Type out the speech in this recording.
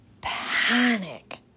panic